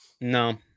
No